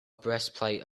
breastplate